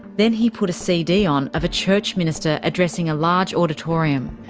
then he put a cd on of a church minister addressing a large auditorium.